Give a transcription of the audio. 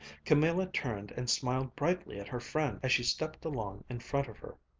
camilla turned and smiled brightly at her friend as she stepped along in front of her.